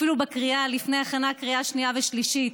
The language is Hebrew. אפילו לפני הכנה לקריאה השנייה והשלישית,